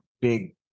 big